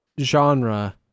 genre